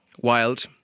wild